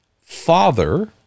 father